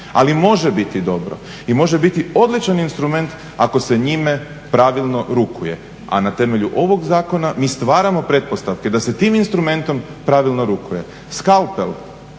Ali može biti dobro i može biti odličan instrument ako se njime pravilno rukuje, a na temelju ovog zakona mi stvaramo pretpostavke da se tim instrumentom pravilno rukuje. Skalpel